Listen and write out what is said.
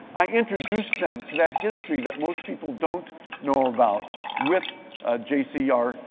i introduced them to that history that most people don't know about with j c r.